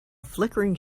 flickering